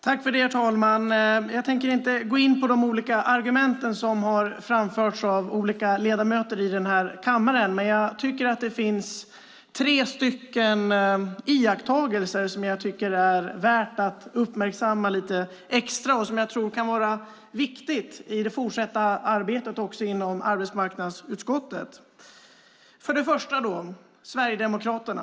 Herr talman! Jag tänker inte gå in på de olika argumenten, som har framförts av olika ledamöter i den här kammaren. Men jag tycker att det finns tre iakttagelser som är värda att uppmärksamma lite extra och som jag tror kan vara viktiga i det fortsatta arbetet, också inom arbetsmarknadsutskottet. För det första gäller det Sverigedemokraterna.